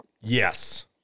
Yes